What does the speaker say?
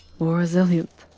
more resilient,